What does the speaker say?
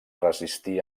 resistir